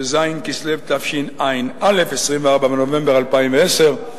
בז' כסלו תשע"א, 24 בנובמבר 2010,